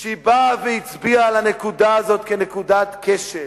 על שהיא באה והצביעה על הנקודה הזאת כנקודת כשל.